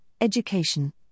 education